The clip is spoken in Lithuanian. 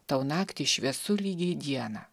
tau naktį šviesu lygiai dieną